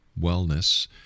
wellness